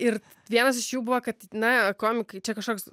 ir vienas iš jų buvo kad na komikai čia kažkoks